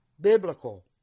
biblical